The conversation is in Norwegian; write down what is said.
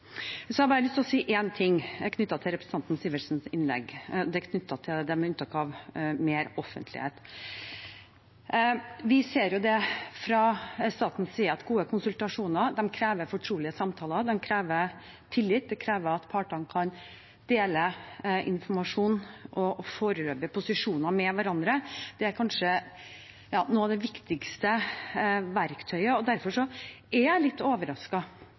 representanten Sivertsens innlegg, om unntak fra meroffentlighet. Vi ser fra statens side at gode konsultasjoner krever fortrolige samtaler. De krever tillit, det krever at partene kan dele informasjon og foreløpige posisjoner med hverandre. Det er kanskje noe av det viktigste verktøyet. Særlig når KS og Sametinget selv så tydelig sier til komiteen at et viktig verktøy for å styrke konsultasjonene er